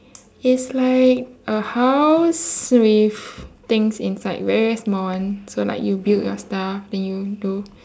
it's like a house with things inside very very small one so like you build your stuff then you do